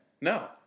No